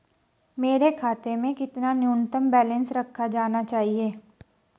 मेरे खाते में कितना न्यूनतम बैलेंस रखा जाना चाहिए?